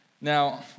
Now